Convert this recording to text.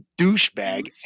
douchebag